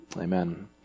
Amen